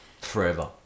forever